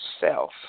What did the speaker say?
self